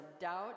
doubt